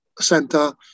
center